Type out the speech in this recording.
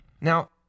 Now